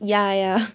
ya ya